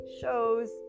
shows